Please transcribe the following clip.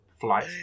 flight